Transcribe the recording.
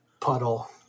puddle